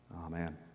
Amen